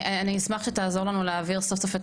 אני אשמח שתעזור לנו להעביר סוף סוף את